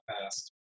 past